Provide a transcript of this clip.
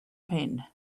pen